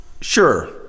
sure